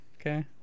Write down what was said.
okay